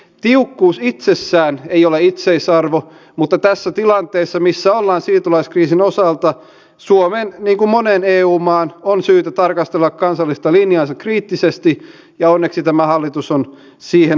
tiukkuus itsessään ei ole itseisarvo mutta tässä tilanteessa missä ollaan siirtolaiskriisin osalta suomen niin kuin monen eu maan on syytä tarkastella kansallista linjaansa kriittisesti ja onneksi tämä hallitus on siihen ollut valmis